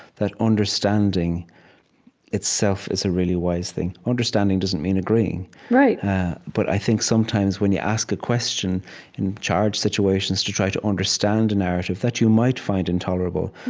that understanding itself is a really wise thing. understanding doesn't mean agreeing but i think sometimes when you ask a question in charged situations to try to understand a narrative that you might find intolerable,